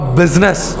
business